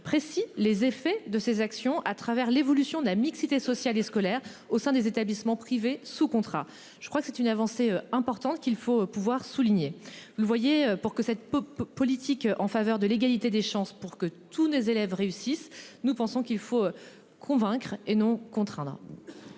précis les effets de ces actions à travers l'évolution de la mixité sociale et scolaire au sein des établissements privés sous contrat. Je crois que c'est une avancée importante qu'il faut pouvoir souligné. Vous le voyez, pour que cette politique en faveur de l'égalité des chances pour que tous les élèves réussissent. Nous pensons qu'il faut convaincre et non contraindre.